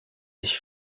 sich